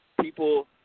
People